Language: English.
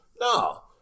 No